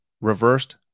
reversed